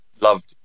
loved